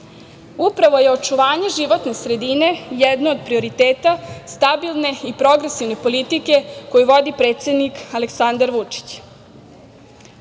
Upravo je očuvanje životne sredine jedno od prioriteta stabilne i progresivne politike koju vodi predsednik Aleksandra Vučić. Kada